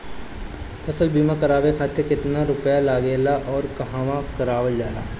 फसल बीमा करावे खातिर केतना रुपया लागेला अउर कहवा करावल जाला?